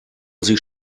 sich